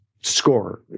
score